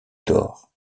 tore